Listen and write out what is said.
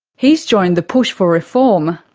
he's joined the push for reform,